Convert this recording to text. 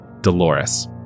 Dolores